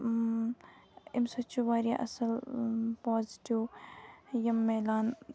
امہِ سۭتۍ چھُ واریاہ اَصٕل پازٹِو یہِ مِلان